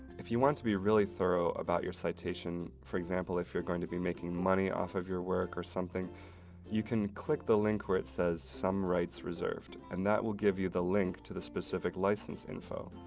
if you want to be really thorough about your citation for example, if you're going to be making money off of your work or something you can click the link where it says some rights reserved. and that will give you the link to the specific license info.